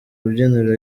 rubyiniro